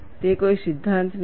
તે કોઈ સિદ્ધાંત નથી